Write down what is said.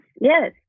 yes